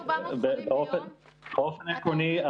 באופן עקרוני,